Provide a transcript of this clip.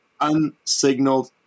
unsignaled